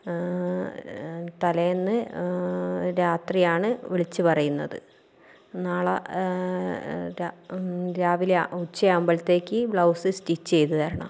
തലേന്ന് രാത്രി ആണ് വിളിച്ച് പറയുന്നത് നാളെ രാവിലെ ഉച്ച ആകുമ്പോഴത്തേക്ക് ബ്ലൗസ് സ്റ്റിച്ച് ചെയ്തു തരണം